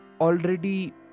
already